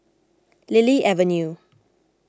Lily Avenue